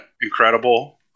incredible